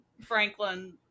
Franklin